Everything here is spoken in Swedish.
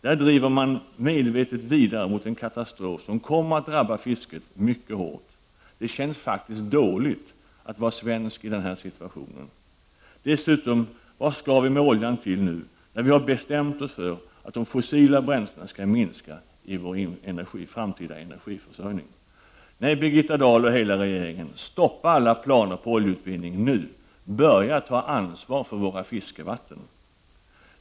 Där driver man medvetet vidare mot en katastrof som kommer att drabba fisket mycket hårt. Det känns faktiskt dåligt att vara svensk i denna situation. Dessutom, vad skall vi med oljan till nu när vi har bestämt oss för att de fossila bränslena skall minska i vår framtida energiförsörjning? Birgitta Dahl och hela regeringen, stoppa alla planer på oljeutvinning nu. Börja ta ansvar för våra fiskevatten.